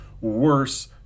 worse